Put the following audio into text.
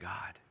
God